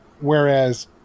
Whereas